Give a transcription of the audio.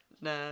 No